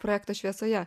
projekto šviesoje